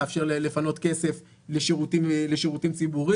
מאפשר לפנות כסף לשירותים ציבוריים,